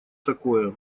такое